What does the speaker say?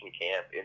Camp